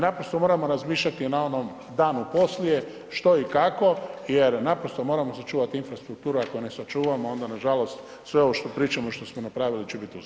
Naprosto moramo razmišljati na onom danu poslije što i kako jer naprosto moramo sačuvati infrastrukturu, ako ne sačuvamo onda na žalost sve ovo što pričamo što smo napravili će biti uzalud.